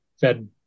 Fed